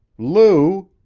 lou!